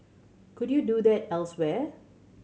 could you do that elsewhere